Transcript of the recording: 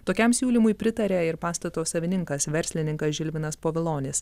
tokiam siūlymui pritarė ir pastato savininkas verslininkas žilvinas povilonis